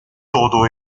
todo